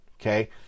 okay